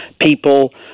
people